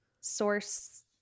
source